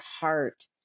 heart